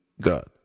god